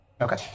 Okay